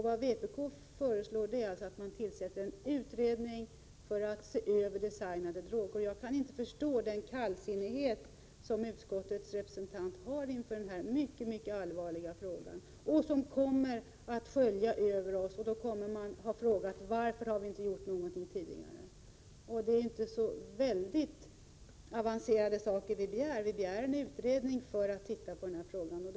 Vpk föreslår att man tillsätter en utredning med uppgift att studera frågan om ”designade” droger. Jag kan inte förstå den kallsinnighet som utskottets representant visar inför denna mycket allvarliga fråga, som kommer att skölja över oss. Då kommer vi att fråga oss: Varför har vi inte gjort någonting tidigare? Det är inte så väldigt avancerade saker vi begär, bara en utredning för att se på frågan.